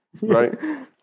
Right